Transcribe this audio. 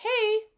hey